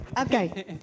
Okay